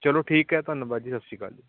ਚਲੋ ਠੀਕ ਹੈ ਧੰਨਵਾਦ ਜੀ ਸਤਿ ਸ਼੍ਰੀ ਅਕਾਲ ਜੀ